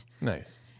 Nice